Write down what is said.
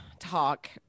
Talk